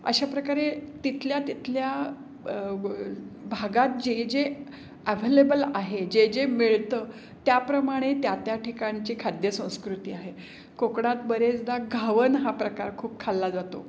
अशा प्रकारे तिथल्या तिथल्या अ ब् भागात जे जे अव्हेलेबल आहे जे जे मिळतं त्याप्रमाणे त्या त्या ठिकाणची खाद्यसंस्कृती आहे कोकणात बरेचदा घावन हा प्रकार खूप खाल्ला जातो